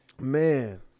Man